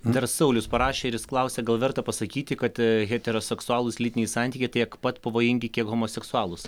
dar saulius parašė ir jis klausia gal verta pasakyti kad heteroseksualūs lytiniai santykiai tiek pat pavojingi kiek homoseksualūs